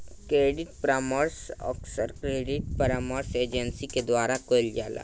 credit परामर्श अक्सर credit परामर्श एजेंसी के द्वारा कईल जाला